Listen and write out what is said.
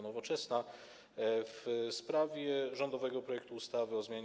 Nowoczesna w sprawie rządowego projektu ustawy o zmianie